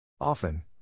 Often